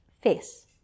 face